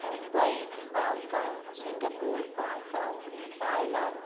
Mumbai Hong Kong Singapore Bangkok Thailand